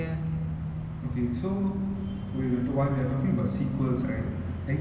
maybe you wouldn't agree as much but uh the the movie is uh V_I_P